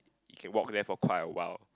you can walk there for quite a while